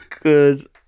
Good